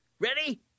Ready